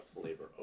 flavor